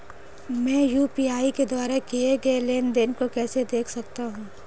मैं यू.पी.आई के द्वारा किए गए लेनदेन को कैसे देख सकता हूं?